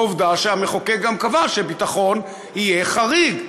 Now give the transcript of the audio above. ועובדה גם שהמחוקק קבע שביטחון יהיה חריג.